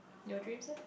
your dream's leh